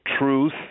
truth